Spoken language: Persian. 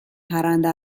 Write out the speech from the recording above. پرنده